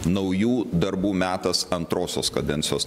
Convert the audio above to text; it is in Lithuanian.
naujų darbų metas antrosios kadencijos